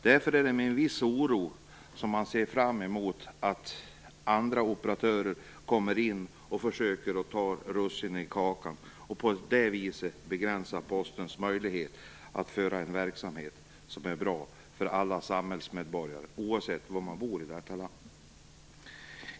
Därför är det med en viss oro som man ser fram emot att andra operatörer kommer in och försöker att ta russinen i kakan och på det viset begränsa Postens möjlighet att driva en verksamhet som är bra för alla samhällsmedborgare oavsett var de bor i detta land.